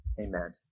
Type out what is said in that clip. Amen